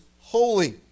holy